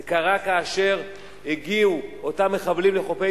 זה קרה כאשר הגיעו אותם מחבלים לחופי